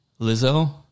Lizzo